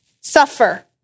suffer